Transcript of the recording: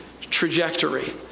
trajectory